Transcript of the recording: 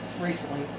recently